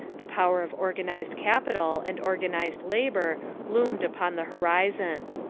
the power of organized capital and organized labor loomed upon the horizon.